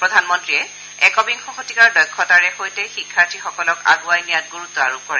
প্ৰধান মন্ত্ৰীয়ে একবিংশ শতিকাৰ দক্ষতাৰে সৈতে শিক্ষাৰ্থীসকলক আগুৱাই নিয়াত গুৰুত্ব আৰোপ কৰে